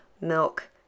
milk